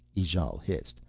ijale hissed,